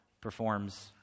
performs